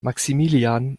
maximilian